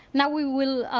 now we will